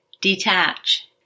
Detach